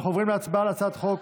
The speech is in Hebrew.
בעד, 21,